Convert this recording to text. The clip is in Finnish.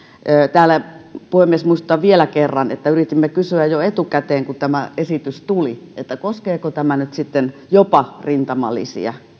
täällä puhemies muistutan vielä kerran yritimme kysyä jo etukäteen kun tämä esitys tuli koskeeko tämä nyt sitten jopa rintamalisiä